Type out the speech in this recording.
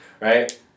right